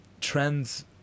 trends